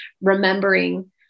remembering